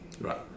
right